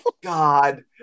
God